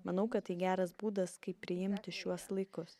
manau kad tai geras būdas kaip priimti šiuos laikus